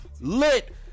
lit